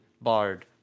bard